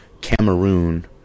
Cameroon